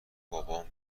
بابام